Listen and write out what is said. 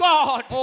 God